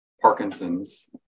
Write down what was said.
parkinson's